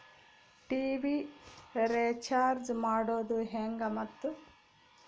TV recharge ಮಾಡೋದು ಹೆಂಗ ಮತ್ತು?